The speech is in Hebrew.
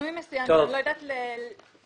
שינוי מסוים שאני לא יודעת להתמודד אתו.